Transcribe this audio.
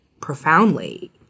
profoundly